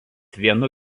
vienu